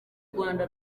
rwanda